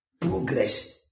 progress